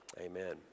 amen